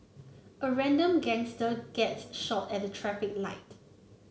a random gangster gets shot at a traffic light